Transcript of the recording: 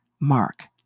Mark